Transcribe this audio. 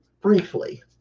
Briefly